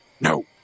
No